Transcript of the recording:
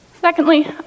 Secondly